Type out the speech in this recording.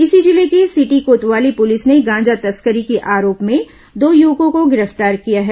इसी जिले के सिटी कोतवाली पुलिस ने गांजा तस्करी के आरोप में दो युवकों को गिरफ्तार किया है